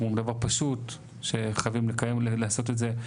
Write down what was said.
הוא דבר פשוט שחייבים לקיים, לעשות את זה.